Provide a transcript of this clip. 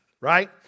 right